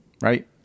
Right